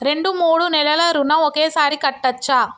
రెండు మూడు నెలల ఋణం ఒకేసారి కట్టచ్చా?